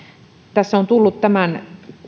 tässä on tullut tämän